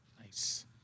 Nice